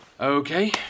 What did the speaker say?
Okay